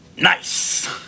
nice